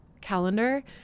calendar